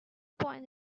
point